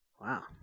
wow